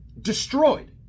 destroyed